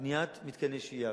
בניית מתקני שהייה,